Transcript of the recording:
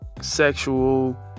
sexual